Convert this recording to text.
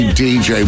dj